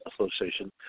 Association